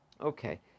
Okay